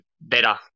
better